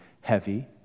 heavy